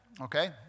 okay